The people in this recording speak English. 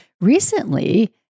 Recently